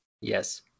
Yes